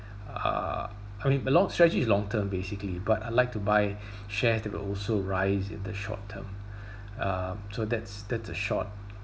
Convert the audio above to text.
uh I mean the lo~ strategy is long term basically but I like to buy shares that will also rise in the short term um so that's that's the short